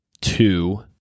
two